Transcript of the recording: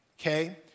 okay